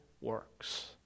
works